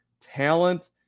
talent